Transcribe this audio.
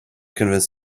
convince